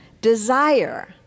Desire